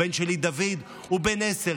הבן שלי דוד הוא בן עשר,